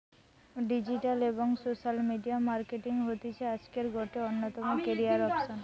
digital এবং social media marketing হতিছে আজকের গটে অন্যতম ক্যারিয়ার অপসন